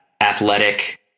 athletic